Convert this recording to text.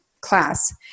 class